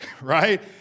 right